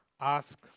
Ask